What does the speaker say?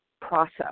process